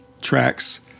tracks